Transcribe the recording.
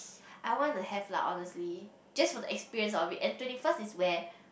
I wanna have lah honestly just for the experience of it and twenty first is where